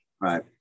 Right